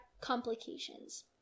complications